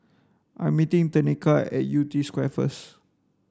I meeting Tenika at Yew Tee Square first